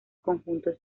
conjuntos